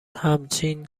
همچین